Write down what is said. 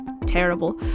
terrible